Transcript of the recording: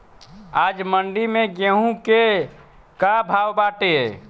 आज मंडी में गेहूँ के का भाव बाटे?